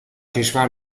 کشور